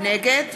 נגד